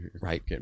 right